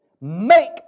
Make